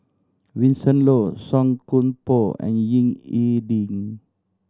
Vincent Leow Song Koon Poh and Ying E Ding